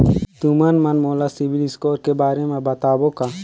तुमन मन मोला सीबिल स्कोर के बारे म बताबो का?